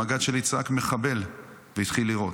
המג"ד שלי צעק 'מחבל', והתחיל גם לירות.